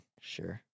Sure